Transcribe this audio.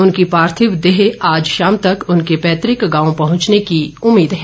उनकी पार्थिव देह आज शाम तक उनके पैतृक गांव पहुंचने की उम्मीद है